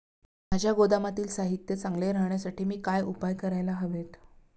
माझ्या गोदामातील साहित्य चांगले राहण्यासाठी मी काय उपाय काय करायला हवेत?